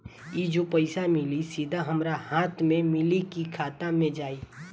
ई जो पइसा मिली सीधा हमरा हाथ में मिली कि खाता में जाई?